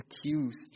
accused